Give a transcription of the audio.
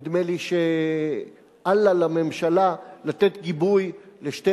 נדמה לי שאל לה לממשלה לתת גיבוי לשתי